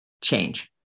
change